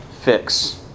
fix